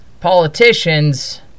politicians